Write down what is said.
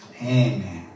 amen